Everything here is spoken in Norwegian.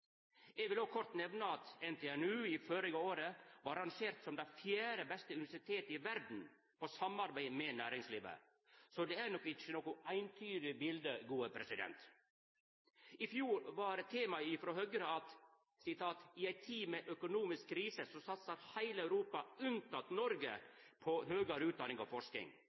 Eg vil òg kort nemna at NTNU førre året blei arrangert som det fjerde beste universitetet i verda på samarbeid med næringslivet. Så det er nok ikkje noko eintydig bilete. I fjor var temaet frå Høgre at i ei tid med økonomisk krise, så satsar heile Europa unntatt Noreg på høgare utdanning og forsking.